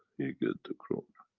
you get the corona.